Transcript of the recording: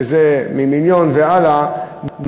שזה ממיליון והלאה,